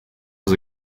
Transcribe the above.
was